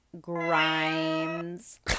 Grimes